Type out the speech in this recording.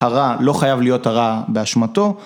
‫הרע לא חייב להיות הרע באשמתו.